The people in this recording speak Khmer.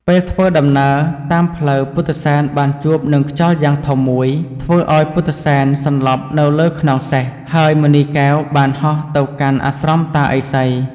ពេលធ្វើដំណើរតាមផ្លូវពុទ្ធិសែនបានជួបនឹងខ្យល់យ៉ាងធំមួយធ្វើឲ្យពុទ្ធិសែនសន្លប់នៅលើខ្នងសេះ ហើយមណីកែវបានហោះទៅកាន់អាស្រមតាឥសី។